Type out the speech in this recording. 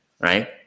Right